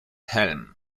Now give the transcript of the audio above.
helm